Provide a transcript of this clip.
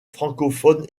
francophone